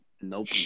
Nope